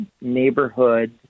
neighborhood